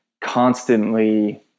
constantly